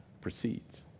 proceeds